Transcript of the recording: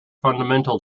fundamental